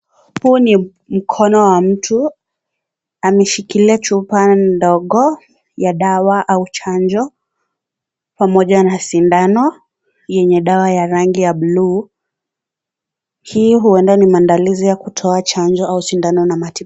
Huu ni mkono wa mtu ameshikilia chupa ndogo ya dawa au chanjo, pamoja na sindano yenye dawa ya rangi ya buluu. Hii huenda ni maandalizi ya kutoa chanjo au sindano na matibabu.